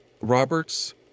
Roberts